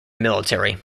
military